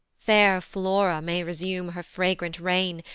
fair flora may resume her fragrant reign,